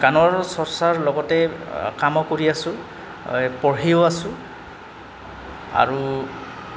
গানৰ চৰ্চাৰ লগতে কামো কৰি আছোঁ পঢ়িও আছোঁ আৰু